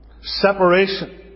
Separation